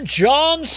john